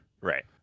Right